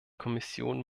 kommission